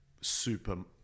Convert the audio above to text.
super